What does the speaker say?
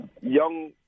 young